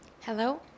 Hello